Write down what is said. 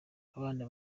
abana